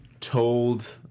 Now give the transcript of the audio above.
told